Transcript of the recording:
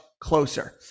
closer